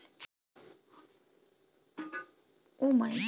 urban cultivation সব শহরের এলাকা গুলোতে করা হয়